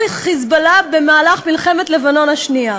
"חיזבאללה" במהלך מלחמת לבנון השנייה,